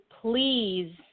please